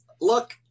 look